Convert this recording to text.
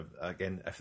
again